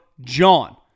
JOHN